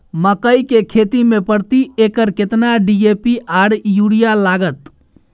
मकई की खेती में प्रति एकर केतना डी.ए.पी आर यूरिया लागत?